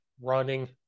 running